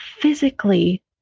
physically